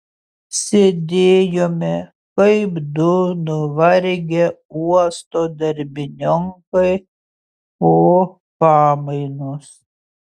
sėdėjome kaip du nuvargę uosto darbininkai po pamainos